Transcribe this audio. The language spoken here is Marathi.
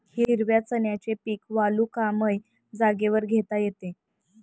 हिरव्या चण्याचे पीक वालुकामय जागेवर घेता येते